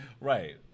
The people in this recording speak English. Right